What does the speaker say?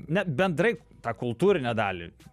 ne bendrai tą kultūrinę dalį